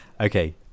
Okay